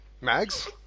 Mags